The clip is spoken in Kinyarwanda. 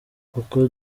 uko